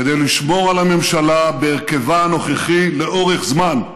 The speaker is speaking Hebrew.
כדי לשמור על הממשלה בהרכבה הנוכחי לאורך זמן.